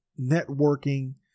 networking